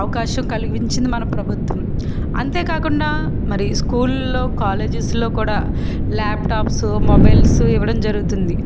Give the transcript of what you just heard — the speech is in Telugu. అవకాశం కలిగించింది మన ప్రభుత్వం అంతే కాకుండా మరి స్కూలుల్లో కాలేజెస్లో కూడా ల్యాప్టాప్స్ మొబైల్స్ ఇవ్వడం జరుగుతుంది